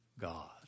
God